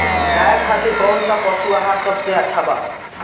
गाय खातिर कउन सा पशु आहार सबसे अच्छा बा?